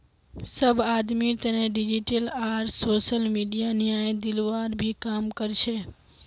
सब आदमीर तने डिजिटल आर सोसल मीडिया न्याय दिलवार भी काम कर छे